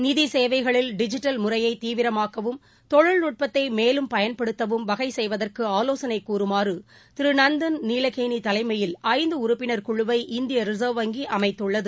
நிதி சேவைகளில் டிஜிட்டல் முறையை தீவிரமாக்கவும் தொழில்நுட்பத்தை மேலும் பயன்படுத்தவும் வகை செய்வதற்கு ஆலோசனை கூறுமாறு திரு நந்தன் நீலகேனி தலைமையில் ஐந்து உறுப்பினர் குழுவை இந்திய ரிசர்வ் வங்கி அமைத்துள்ளது